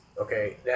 Okay